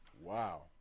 wow